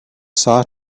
saw